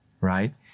right